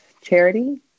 charity